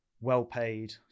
Well-paid